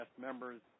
members